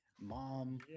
mom